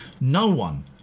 no-one